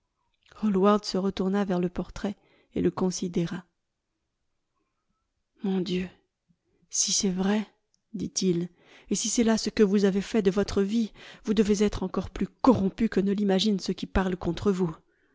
hallward se retourna vers le portrait et le considéra mon dieu si c'est vrai dit-il et si c'est là ce que vous avez fait de votre vie vous devez être encore plus corrompu que ne l'imaginent ceux qui parlent contre vous